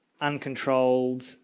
uncontrolled